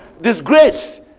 disgrace